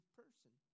person